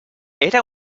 era